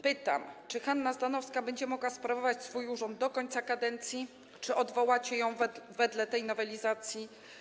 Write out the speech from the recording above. Pytam: Czy Hanna Zdanowska będzie mogła sprawować swój urząd do końca kadencji, czy odwołacie ją wedle tej nowelizacji?